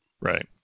right